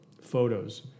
photos